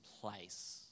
place